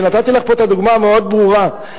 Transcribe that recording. כי נתתי לך פה את הדוגמה המאוד ברורה,